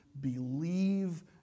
believe